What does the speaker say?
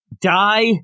die